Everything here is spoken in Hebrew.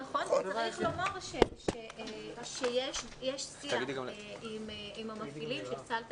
נכון וצריך לומר שיש שיח עם המפעילים בסל תרבות,